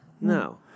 no